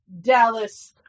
Dallas